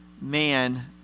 man